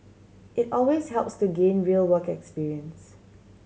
it always helps to gain real work experience